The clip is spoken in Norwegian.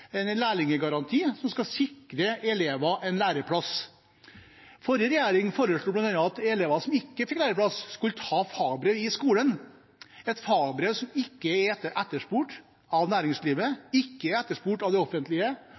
som skal sikre elever en læreplass. Forrige regjering foreslo bl.a. at elever som ikke fikk læreplass, skulle ta fagbrev i skolen – et fagbrev som ikke er etterspurt av næringslivet, som ikke er etterspurt av det offentlige,